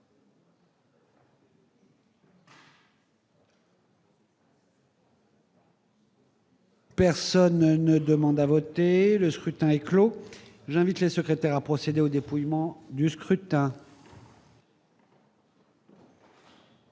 Personne ne demande plus à voter ?... Le scrutin est clos. J'invite Mmes et MM. les secrétaires à procéder au dépouillement du scrutin.